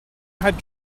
had